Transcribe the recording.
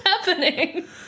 happening